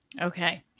Okay